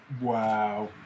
wow